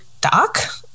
doc